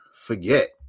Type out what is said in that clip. forget